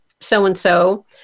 so-and-so